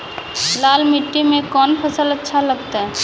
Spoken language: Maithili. लाल मिट्टी मे कोंन फसल अच्छा लगते?